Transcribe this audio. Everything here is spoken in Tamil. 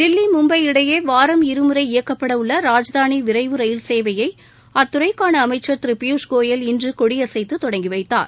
தில்லி மும்பை இடையே வாரம் இருமுறை இயக்கப்பட உள்ள ராஜதாளி விரைவு ரயில் சேவையை அத்துறைக்கான அமைச்சர் திரு பியுஸ்கோயல் இன்று கொடியசைத்து தொடங்கி வைத்தார்